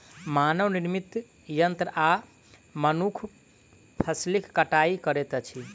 मानव निर्मित यंत्र आ मनुख फसिलक कटाई करैत अछि